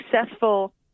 successful